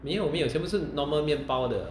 没有没有全部是 normal 面包的